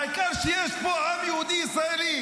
העיקר הוא שיש פה עם יהודי ישראלי,